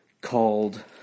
called